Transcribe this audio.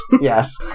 Yes